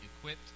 equipped